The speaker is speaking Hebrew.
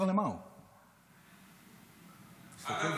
השר לאסטרטגיה.